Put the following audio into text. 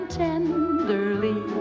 tenderly